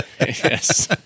Yes